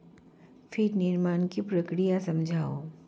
feed निर्माण की प्रक्रिया समझाओ